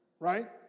Right